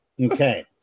Okay